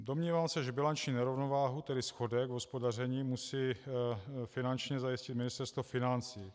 Domnívám se, že bilanční nerovnováhu, tedy schodek v hospodaření, musí finančně zajistit Ministerstvo financí.